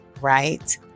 right